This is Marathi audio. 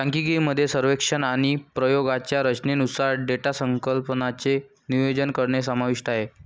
सांख्यिकी मध्ये सर्वेक्षण आणि प्रयोगांच्या रचनेनुसार डेटा संकलनाचे नियोजन करणे समाविष्ट आहे